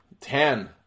ten